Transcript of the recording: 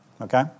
Okay